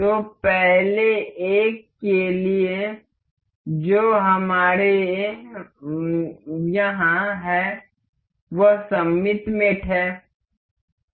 तो अगले एक के लिए जो हमारे यहाँ है वह सममित मेट है